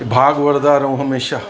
भाग वठंदा रहूं हमेशा